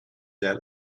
that